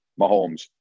Mahomes